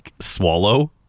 swallow